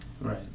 right